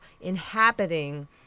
inhabiting